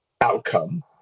outcome